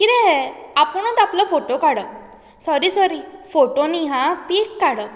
कितें हें आपुणूच आपलो फोटो काडप सॉरी सॉरी फोटो न्हय हां पीक काडप